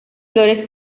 flores